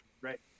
Right